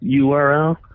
URL